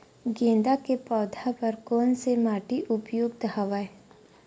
गेंदा के पौधा बर कोन से माटी उपयुक्त हवय?